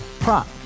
Prop